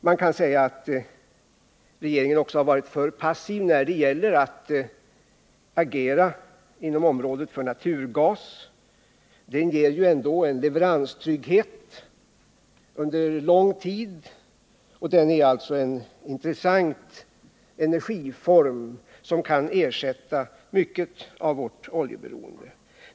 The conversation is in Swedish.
Man kan säga att regeringen också har varit alltför passiv när det gäller att agera inom området för naturgas. Naturgasen ger ändå leveranstrygghet under lång tid. Den är alltså en intressant energiform, som kan ersätta mycket av vårt oljeberoende.